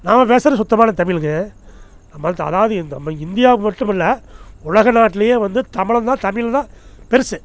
நாம் பேசுகிறது சுத்தமான தமிழுங்க நம்மள்த்து அதாவது இந் நம்ம இந்தியா மட்டும் இல்ல உலக நாட்டிலேயே வந்து தமிழன் தான் தமிழ் தான் பெருசு